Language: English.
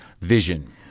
vision